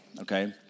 Okay